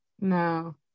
No